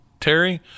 Terry